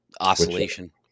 Oscillation